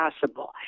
possible